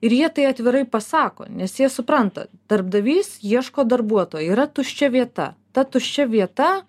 ir jie tai atvirai pasako nes jie supranta darbdavys ieško darbuotojo yra tuščia vieta ta tuščia vieta